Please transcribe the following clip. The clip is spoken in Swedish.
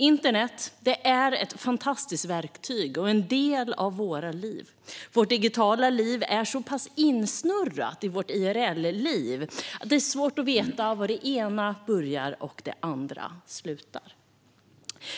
Internet är ett fantastiskt verktyg och en del av våra liv. Vårt digitala liv är så insnurrat i vårt IRL-liv att det är svårt att veta var det ena börjar och det andra slutar.